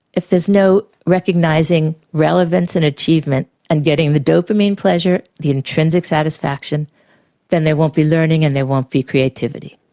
if there's no recognising relevance and achievement and getting the dopamine pleasure, the intrinsic satisfaction then there won't be any learning and there won't be creativity.